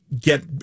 get